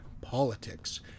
politics